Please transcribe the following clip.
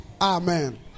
Amen